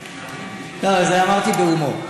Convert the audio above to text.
לא, את זה אמרתי בהומור.